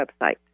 website